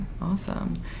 Awesome